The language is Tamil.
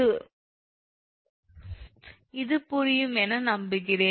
இது புரியும் என நம்புகிறேன்